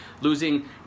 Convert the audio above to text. Losing